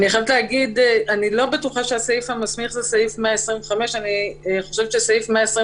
אני לא בטוחה שהסעיף המסמיך הוא סעיף 125. אני חושבת שסעיף 125